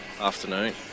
afternoon